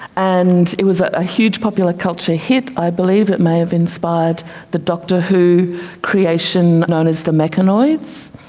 and it was a huge popular culture hit. i believe it may have inspired the doctor who creation known as the mechanoids.